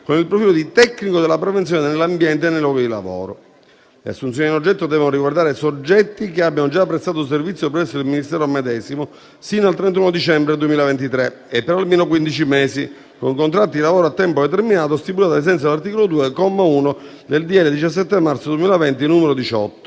con il profilo di tecnico della prevenzione nell'ambiente e nei luoghi di lavoro. Le assunzioni in oggetto devono riguardare soggetti che abbiano già prestato servizio presso il Ministero medesimo, sino al 31 dicembre 2023 e per almeno quindici mesi, con contratti di lavoro a tempo determinato, stipulati ai sensi dell'articolo 2, comma 1, del decreto-legge 17 marzo 2020, n. 18.